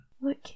Look